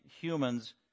humans